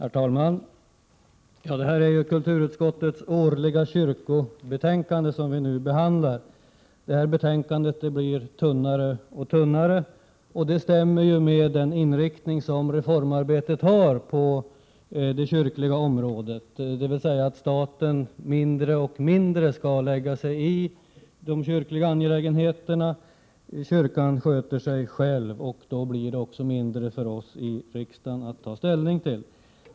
Herr talman! Vi behandlar nu kulturutskottets årliga kyrkobetänkande. Det betänkandet blir tunnare och tunnare, och det stämmer med den inriktning som reformarbetet har på det kyrkliga området, dvs. att staten mindre och mindre skall lägga sig i de kyrkliga angelägenheterna. Kyrkan sköter sig själv, och då blir det också mindre för oss i riksdagen att ta ställning till.